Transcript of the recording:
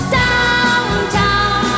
downtown